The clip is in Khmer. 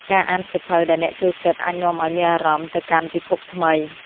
ការអានសៀវភៅដែលអ្នកចូលចិត្ត អាចនាំឲ្យមានអារម្មណ៍ទៅកាន់ពិភពថ្មី។